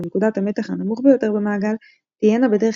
ונקודת המתח הנמוך ביותר במעגל תהינה בדרך